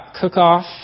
cook-off